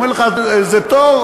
אומרים לך: זה ת'ור,